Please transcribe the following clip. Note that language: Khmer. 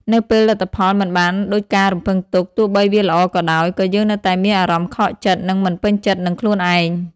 នៅពេលលទ្ធផលមិនបានដូចការរំពឹងទុក ទោះបីវាល្អក៏ដោយ ក៏យើងនៅតែមានអារម្មណ៍ខកចិត្ត និងមិនពេញចិត្តនឹងខ្លួនឯង។